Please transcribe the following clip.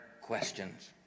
questions